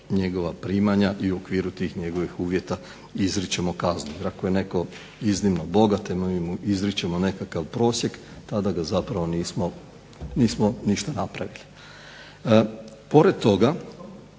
njegova primanja i u okviru tih njegovih uvjeta izričemo kaznu. Jer ako je netko iznimno bogat a mi mu izričemo nekakav prosjek tada ga zapravo nismo ništa napravili. Pored toga